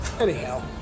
anyhow